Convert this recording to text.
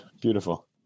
Beautiful